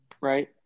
right